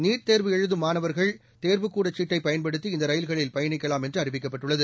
NEET தேர்வு எழுதும் மாணவர்கள் தேர்வுக்கூட சீட்டை பயன்படுத்தி இந்த ரயில்களில் பயணிக்கலாம் என்று அறிவிக்கப்பட்டுள்ளது